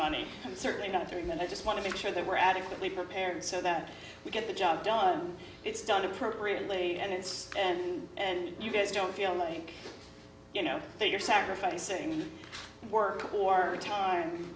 money and certainly not there when i just want to make sure that we're adequately prepared so that we get the job done it's done appropriately and it's and and you guys don't feel like you know that you're sacrificing work or